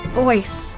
voice